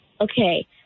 okay